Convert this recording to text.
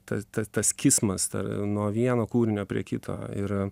tas tas tas kismas tai yra nuo vieno kūrinio prie kito ir